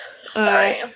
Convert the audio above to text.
sorry